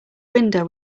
window